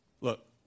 Look